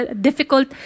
difficult